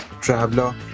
Traveler